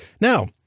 Now